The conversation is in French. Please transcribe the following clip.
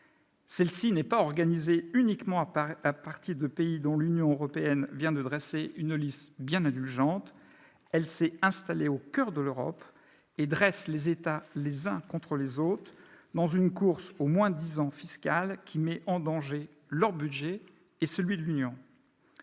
dernière n'est pas organisée uniquement à partir de pays dont l'Union européenne vient de dresser une liste bien indulgente : elle s'est installée au coeur de l'Europe et dresse les États les uns contre les autres, dans une course au moins-disant fiscal qui met en danger leur budget et celui de l'Union